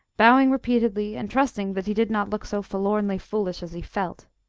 bowing repeatedly, and trusting that he did not look so forlornly foolish as he felt.